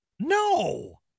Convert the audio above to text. No